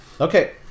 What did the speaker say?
okay